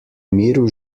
miru